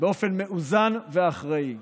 באופן מאוזן ואחראי.